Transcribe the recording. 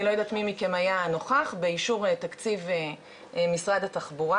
אני לא יודעת מי מכם היה נוכח באישור תקציב משרד התחבורה.